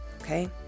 Okay